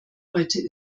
heute